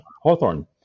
Hawthorne